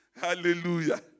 Hallelujah